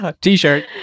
T-shirt